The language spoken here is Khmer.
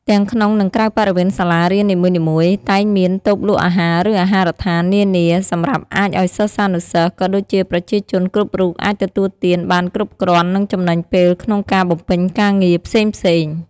ទាំងក្នុងនិងក្រៅបរិវេនសាលារៀននីមួយៗ តែងមាន តូបលក់អាហារឫអាហារដ្ឋាននានា សម្រាប់អាចឱ្យសិស្សានុសិស្សក៏ដូចជាប្រជាជនគ្រប់រូបអាចទទួលទានបានគ្រប់គ្រាន់និងចំណេញពេលក្នុងការបំពេញការងារផ្សេងៗ។